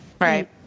Right